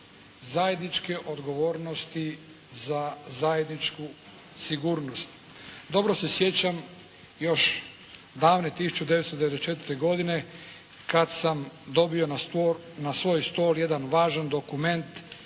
zajedničke odgovornosti za zajedničku sigurnost. Dobro se sjećam još davne 1994. godine kad sam dobio na svoj stol jedan važan dokument,